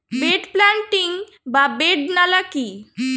Bed planting বা bed নালা কি?